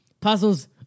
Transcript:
puzzles